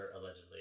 allegedly